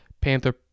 Panther